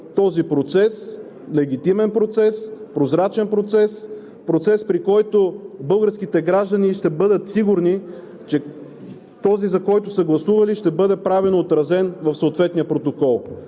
този легитимен и прозрачен процес – процес, при който българските граждани ще бъдат сигурни, че този, за който са гласували, ще бъде отразен правилно в съответния протокол.